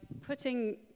putting